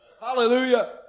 Hallelujah